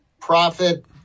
profit